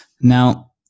Now